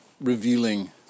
revealing